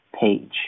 page